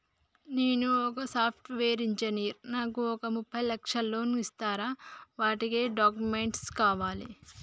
నేను ఒక software engineer నాకు ఒక ముప్పై లక్షల లోన్ ఇస్తరా? వాటికి ఏం డాక్యుమెంట్స్ కావాలి?